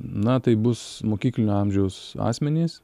na tai bus mokyklinio amžiaus asmenys